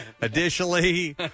Additionally